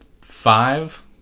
five